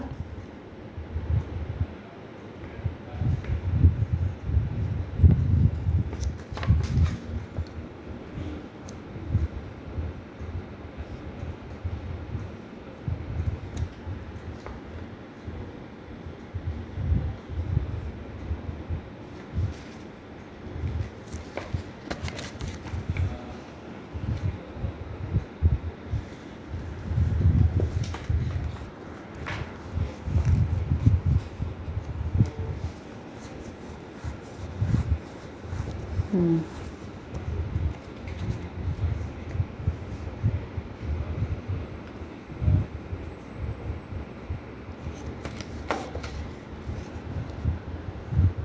hmm